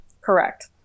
Correct